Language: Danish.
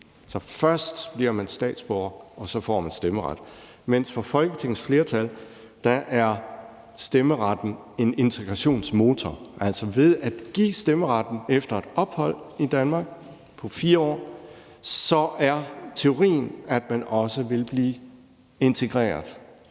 Så først bliver man statsborger, og så får man stemmeret, mens for Folketingets flertal er stemmeretten en integrationsmotor. Altså, teorien er, at man ved at få stemmeret efter et ophold i Danmark på 4 år også vil blive integreret.